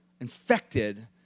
infected